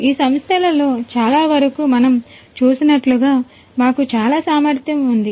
ఈ సంస్థలలో చాలావరకు మనం చూసినట్లుగా మాకు చాలా సామర్థ్యం ఉంది